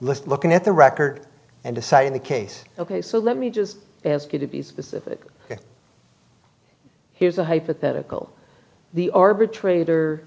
list looking at the record and deciding the case ok so let me just ask you to be specific here's a hypothetical the arbitrator